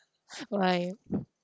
why